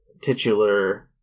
titular